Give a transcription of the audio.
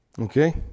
Okay